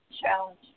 challenge